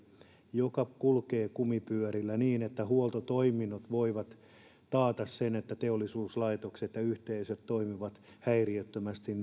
joka kulkee kumipyörillä niin että huoltotoiminnot voivat taata sen että teollisuuslaitokset ja yhteisöt toimivat häiriöttömästi